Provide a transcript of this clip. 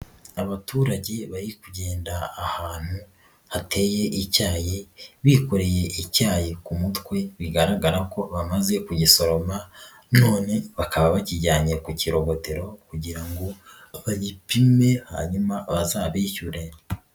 Abaturage bari kugenda ahantu hateye icyayi bikoreye icyayi ku mutwe bigaragara ko bamaze kugisoroma none bakaba bakijyanye ku kirogotero kugira ngo bagipime hanyuma bazabishyure.